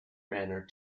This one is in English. manner